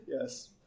Yes